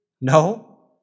No